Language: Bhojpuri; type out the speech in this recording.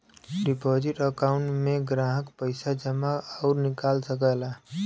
डिपोजिट अकांउट में ग्राहक पइसा जमा आउर निकाल सकला